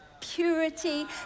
purity